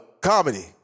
comedy